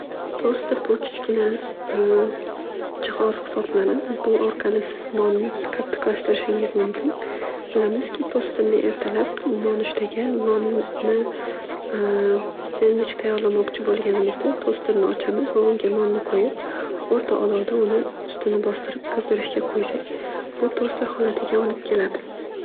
Toster bu kichkina jihoz hisoblanib u orqali siz nonni qattiqlashtirishingiz mumkin. Bilamizki tosterni ertalab nonushtaga nonni sendvich tayorlamoqchi bo'lganimizda tosterni ochamiz va unga nonni qo'yib o'rta olovda uni ustini bostirib qizdirishga qo'ysak bu toster holatiga olib keladi.